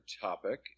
topic